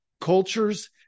culture's